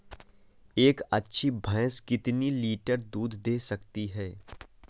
एक अच्छी भैंस कितनी लीटर दूध दे सकती है?